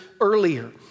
earlier